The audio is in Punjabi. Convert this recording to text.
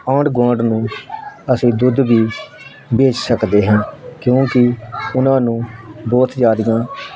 ਆਂਡ ਗੁਆਂਡ ਨੂੰ ਅਸੀਂ ਦੁੱਧ ਵੀ ਵੇਚ ਸਕਦੇ ਹਾਂ ਕਿਉਂਕਿ ਉਹਨਾਂ ਨੂੰ ਬਹੁਤ ਜ਼ਿਆਦੀਆਂ